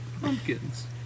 Pumpkins